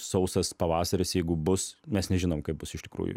sausas pavasaris jeigu bus mes nežinom kaip bus iš tikrųjų